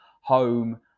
home